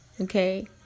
Okay